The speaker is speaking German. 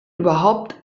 überhaupt